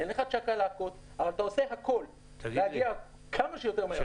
אין לך צ'קלקות אבל אתה עושה הכל כדי להגיע כמה שיותר מהר.